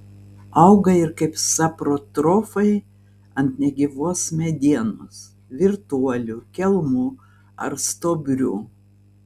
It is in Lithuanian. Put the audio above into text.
auga ir kaip saprotrofai ant negyvos medienos virtuolių kelmų ar stuobrių